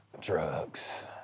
Drugs